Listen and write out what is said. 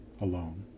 alone